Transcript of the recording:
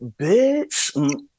bitch